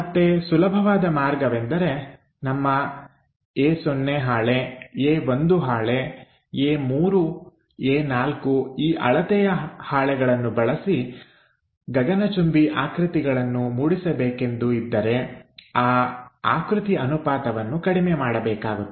ಮತ್ತೆ ಸುಲಭವಾದ ಮಾರ್ಗವೆಂದರೆ ನಮ್ಮ ಎ0 ಹಾಳೆಎ1 ಹಾಳೆ ಎ3 ಎ4 ಈ ಅಳತೆಯ ಹಾಳೆಗಳನ್ನು ಬಳಸಿ ಗಗನಚುಂಬಿ ಆಕೃತಿಗಳನ್ನು ಮೂಡಿಸಬೇಕೆಂದು ಇದ್ದರೆ ಆ ಆಕೃತಿಯ ಅನುಪಾತವನ್ನು ಕಡಿಮೆ ಮಾಡಬೇಕಾಗುತ್ತದೆ